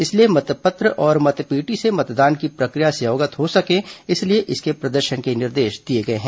इसलिए मतपत्र और मतपेटी से मतदान की प्रक्रिया से अवगत हो सकें इसलिए इसके प्रदर्शन के निर्देश दिए गए हैं